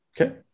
Okay